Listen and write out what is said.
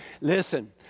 Listen